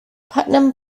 putnam